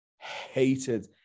hated